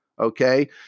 Okay